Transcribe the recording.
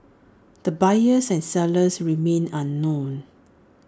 the buyers and sellers remain unknown